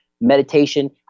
meditation